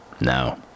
No